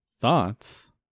thoughts